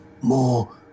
more